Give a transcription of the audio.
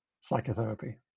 psychotherapy